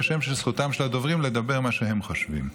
כשם שזכותם של הדוברים לומר מה שהם חושבים.